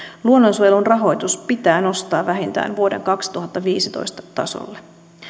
luonnonsuojelun rahoitus pitää nostaa vähintään vuoden kaksituhattaviisitoista tasolle